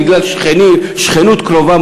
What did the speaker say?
בגלל שכנות קרובה,